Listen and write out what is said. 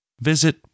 visit